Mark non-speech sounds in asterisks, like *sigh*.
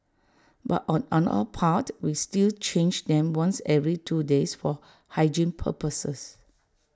but on *hesitation* our part we still change them once every two days for hygiene purposes